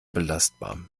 belastbar